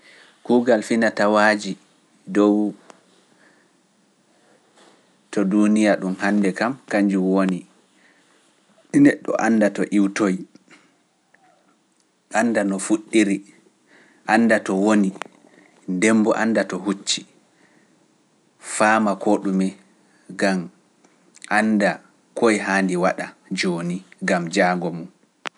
Kuugal finata waaji dowu to duuniya ɗum hande kam kanjum woni, ɗi neɗɗo annda to iwtoyi, annda no fuɗɗiri, annda to woni, demmbo annda to hucci, faama koo ɗume, ngam annda koy haa ndi waɗa jooni gam jaango mum.